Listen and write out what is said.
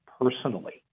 personally